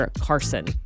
Carson